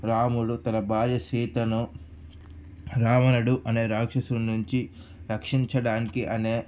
రాముడు తన భార్య సీతను రావణుడు అనే రాక్షసుడు నుంచి రక్షించడానికి అనే